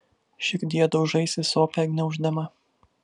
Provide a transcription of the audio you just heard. širdie daužaisi sopę gniauždama